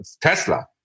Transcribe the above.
tesla